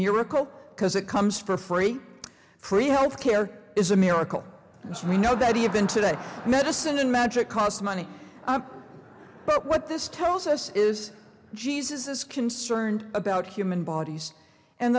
miracles because it comes for free free health care is a miracle because we know that even today medicine in magic cost money but what this tells us is jesus is concerned about human bodies and